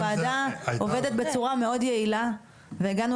הוועדה עובדת בצורה מאוד יעילה והגענו